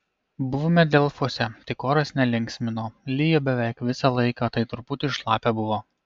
buvome delfuose tik oras nelinksmino lijo beveik visą laiką tai truputį šlapia buvo